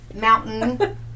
Mountain